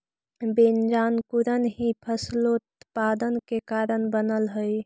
बीजांकुरण ही फसलोत्पादन के कारण बनऽ हइ